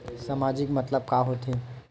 सामाजिक मतलब का होथे?